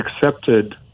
accepted